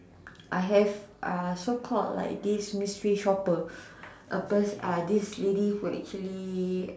I have a so called like this mystery shopper a person uh this lady who actually